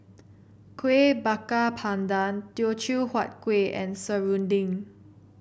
Kuih Bakar Pandan Teochew Huat Kueh and serunding